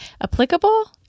applicable